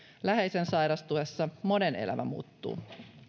läheisen sairastuessa monen elämä muuttuu